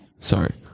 Sorry